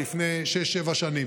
זה היה לפני שש-שבע שנים,